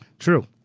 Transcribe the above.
true!